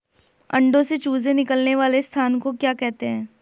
अंडों से चूजे निकलने वाले स्थान को क्या कहते हैं?